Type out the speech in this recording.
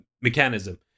mechanism